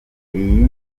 iyi